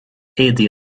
éadaí